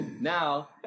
now